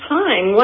time